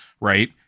right